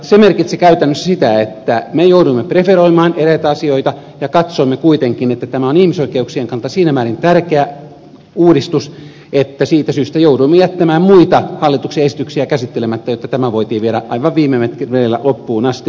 se merkitsi käytännössä sitä että me jouduimme preferoimaan eräitä asioita ja katsoimme kuitenkin että tämä on ihmisoikeuksien kannalta siinä määrin tärkeä uudistus että siitä syystä jouduimme jättämään muita hallituksen esityksiä käsittelemättä jotta tämä voitiin viedä aivan viime metreillä loppuun asti